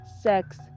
sex